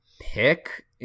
pick